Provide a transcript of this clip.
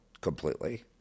completely